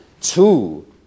two